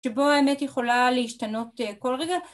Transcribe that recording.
שבו האמת יכולה להשתנות כל רגע